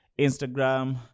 Instagram